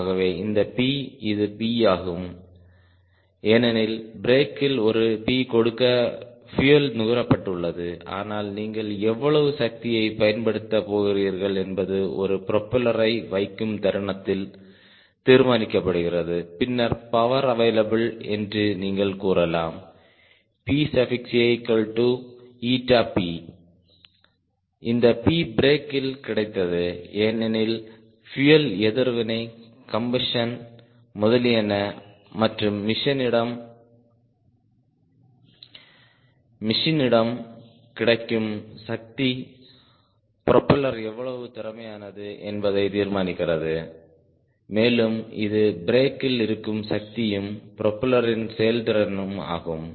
ஆகவே இந்த P இது P ஆகும் ஏனெனில் பிரேக்கில் ஒரு P கொடுக்க பியூயல் நுகரப்பட்டுள்ளது ஆனால் நீங்கள் எவ்வளவு சக்தியைப் பயன்படுத்தப் போகிறீர்கள் என்பது ஒரு ப்ரொப்பல்லரை வைக்கும் தருணத்தில் தீர்மானிக்கப்படுகிறது பின்னர் பவர் அவைலபிள் என்று நீங்கள் கூறலாம் PAP இந்த P பிரேக்கில் கிடைத்தது ஏனெனில் பியூயல் எதிர்வினை கம்பஷன் முதலியன மற்றும் மிஷினிடம் கிடைக்கும் சக்தி ப்ரொப்பல்லர் எவ்வளவு திறமையானது என்பதை தீர்மானிக்கிறது மேலும் இது பிரேக்கில் இருக்கும் சக்தியும் ப்ரொப்பல்லரின் செயல்திறனும் ஆகும்